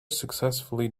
successfully